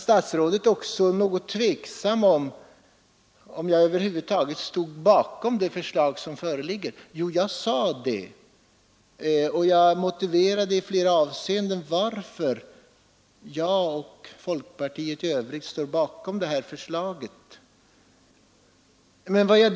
Statsrådet var också något tveksam om huruvida jag över huvud taget står bakom det förslag som föreligger. Jo, det sade jag att jag gör, och jag motiverade i flera avseenden varför jag och folkpartiet i övrigt står bakom det här förslaget.